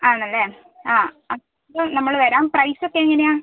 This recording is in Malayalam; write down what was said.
ആണല്ലേ ആ അപ്പം നമ്മൾ വരാം പ്രൈസൊക്കെങ്ങനെയാണ്